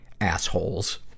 assholes